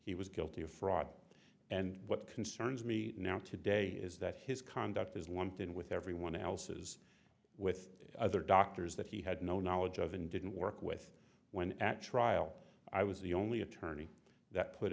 he was guilty of fraud and what concerns me now today is that his conduct is one thing with everyone else's with other doctors that he had no knowledge of and didn't work with when at trial i was the only attorney that put